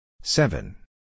Seven